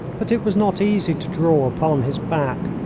but it was not easy to draw upon his back,